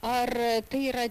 ar tai yra